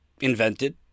invented